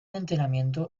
entrenamiento